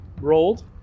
rolled